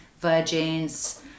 virgins